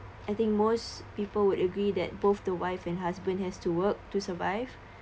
I think most people would agree that both the wife and husband has to work to survive